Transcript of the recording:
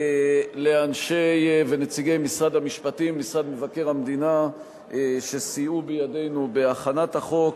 לאנשי ונציגי משרד המשפטים ומשרד מבקר המדינה שסייעו בידינו בהכנת החוק,